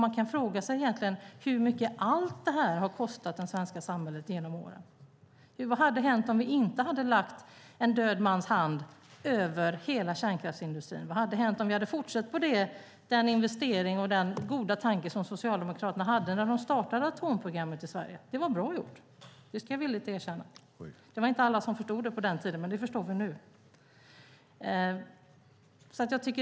Man kan fråga sig hur mycket allt detta har kostat det svenska samhället genom åren. Vad hade hänt om vi inte hade lagt en död mans hand över hela kärnkraftsindustrin? Vad hade hänt om vi fortsatt på den investering och den goda tanke som Socialdemokraterna hade när de startade atomprogrammet i Sverige? Det var bra gjort. Det ska jag villigt erkänna. Det var inte alla som förstod det på den tiden, men det förstår vi nu.